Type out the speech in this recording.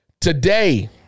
today